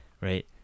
right